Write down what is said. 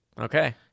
Okay